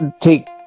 take